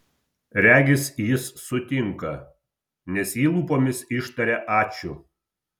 regis jis sutinka nes ji lūpomis ištaria ačiū